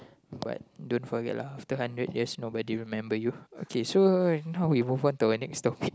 but don't forget lah after hundred years nobody remember you okay so how about we move on to a next topic